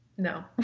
no